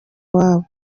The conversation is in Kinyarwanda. iwabo